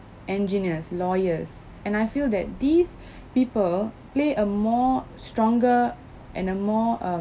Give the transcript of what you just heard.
engineers lawyers and I feel that these people play a more stronger and a more uh